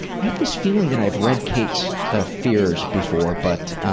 i have this feeling that i have read kate's ah fears before, but